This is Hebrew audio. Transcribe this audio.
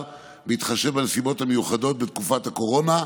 בהתחשב בנסיבות המיוחדות בתקופת הקורונה,